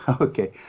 Okay